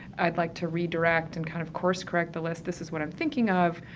i'd like to redirect and kind of course correct the list. this is what i'm thinking of,